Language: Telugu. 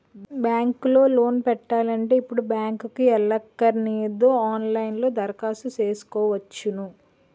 బ్యాంకు లో లోను పెట్టాలంటే ఇప్పుడు బ్యాంకుకి ఎల్లక్కరనేదు ఆన్ లైన్ లో దరఖాస్తు సేసుకోవచ్చును